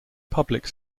public